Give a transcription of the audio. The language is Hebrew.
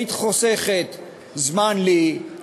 היית חוסכת זמן לי,